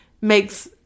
makes